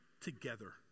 together